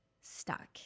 stuck